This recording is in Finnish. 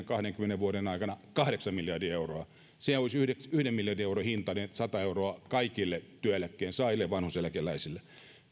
kahdenkymmenen vuoden aikana keskimäärin kahdeksan miljardia euroa se olisi yhden miljardin euron hintainen että annettaisiin sata euroa kaikille työeläkettä saaville vanhuuseläkeläisille